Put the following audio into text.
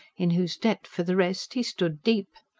in whose debt, for the rest, he stood deep.